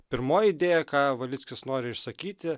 pirmoji idėja ką valickis nori išsakyti